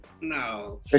No